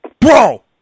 bro